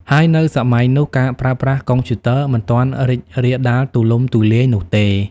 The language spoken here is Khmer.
ហើយនៅសម័យនោះ ការប្រើប្រាស់កុំព្យូទ័រមិនទាន់រីករាលដាលទូលំទូលាយនោះទេ។